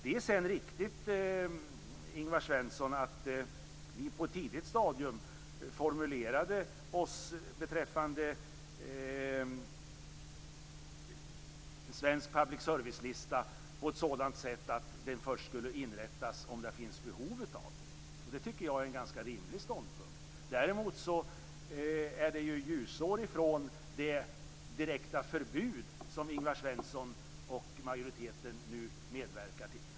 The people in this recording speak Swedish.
Det är riktigt, Ingvar Svensson, att vi på ett tidigt stadium formulerade att en svensk public service-lista skulle inrättas först om det visade sig att det fanns behov av en sådan. Det tycker jag är en ganska rimlig ståndpunkt. Däremot är det ju ljusår från det direkta förbud som Ingvar Svensson och majoriteten nu medverkar till.